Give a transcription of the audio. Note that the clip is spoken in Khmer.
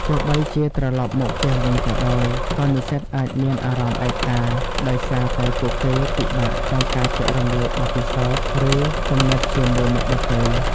ទោះបីជាត្រឡប់មកផ្ទះវិញក៏ដោយ ក៏និស្សិតអាចមានអារម្មណ៍ឯកា ដោយសារតែពួកគេពិបាកក្នុងការចែករំលែកបទពិសោធន៍ ឬគំនិតជាមួយអ្នកដទៃ។